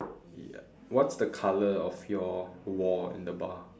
ya what's the colour of your wall in the bar